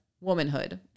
womanhood